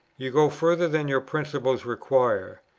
you go further than your principles require.